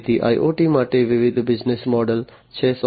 તેથી IoT માટે વિવિધ બિઝનેસ મોડલ છે